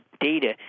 data